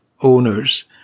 owners